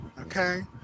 Okay